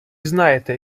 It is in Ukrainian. знаєте